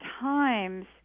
times